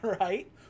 right